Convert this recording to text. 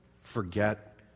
forget